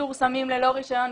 ייצור סמים ללא רישיון.